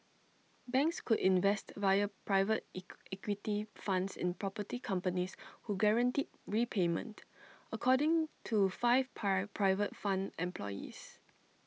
banks could invest via private IT equity funds in property companies who guaranteed repayment according to five per private fund employees